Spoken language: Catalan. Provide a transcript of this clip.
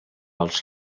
els